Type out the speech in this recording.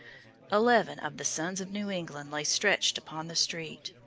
eleven of the sons of new england lay stretched upon the street.